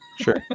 Sure